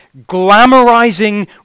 glamorizing